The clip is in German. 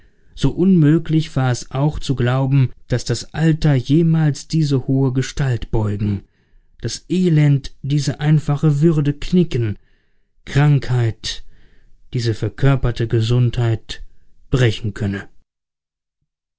so unmöglich war es auch zu glauben daß das alter jemals diese hohe gestalt beugen das elend diese einfache würde knicken krankheit diese verkörperte gesundheit brechen könne